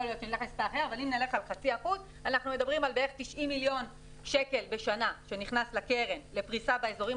אנחנו מדברים על בערך 90 מיליון שקלים בשנה שנכנס לקרן לפריסה באזורים